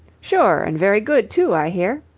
sure. and very good too, i hear.